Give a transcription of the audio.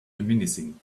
reminiscing